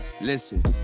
Listen